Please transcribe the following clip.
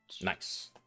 Nice